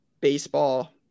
baseball